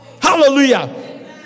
Hallelujah